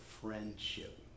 friendship